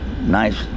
nice